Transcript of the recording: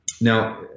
now